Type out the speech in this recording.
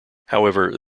however